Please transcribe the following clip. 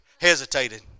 hesitated